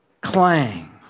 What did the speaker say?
clang